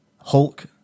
hulk